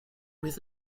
with